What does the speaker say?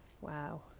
wow